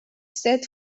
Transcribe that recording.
set